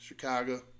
Chicago